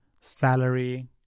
salary